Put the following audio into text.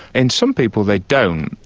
in some people they don't.